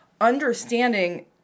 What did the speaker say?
understanding